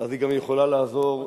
היא גם יכולה לעזור,